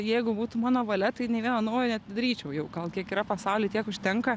jeigu būtų mano valia tai nei vieno naujo neatidaryčiau jau gal kiek yra pasauly tiek užtenka